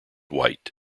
white